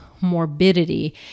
morbidity